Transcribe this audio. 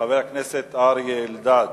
חבר הכנסת אריה אלדד.